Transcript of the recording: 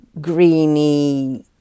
greeny